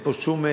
אין פה שום,